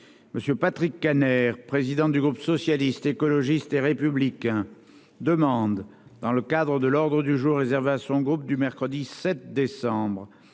M. Patrick Kanner, président du groupe Socialiste, Écologiste et Républicain, demande, dans le cadre de l'ordre du jour réservé à son groupe du mercredi 7 décembre,